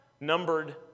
numbered